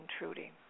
intruding